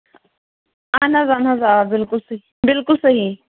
اہن حظ اہن حظ آ بِلکُل صحیح بِلکُل صحیح